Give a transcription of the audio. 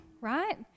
right